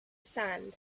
sand